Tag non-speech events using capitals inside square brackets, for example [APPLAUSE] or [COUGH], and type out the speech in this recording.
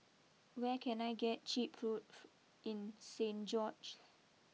where can I get cheap food [UNINTELLIGIBLE] in Saint George's